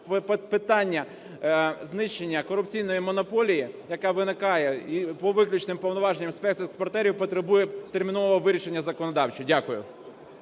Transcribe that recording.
питання знищення корупційної монополії, яка виникає, по виключним повноваженням спецекспортерів потребує термінового вирішення законодавчо. Дякую.